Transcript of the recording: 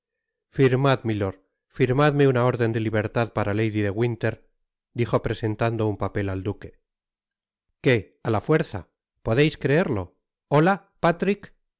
firmad milord firmadme una órden de libertad para lady de winler dijo presentando un papel al duque qué á la fuerza podeis creerto hola patrick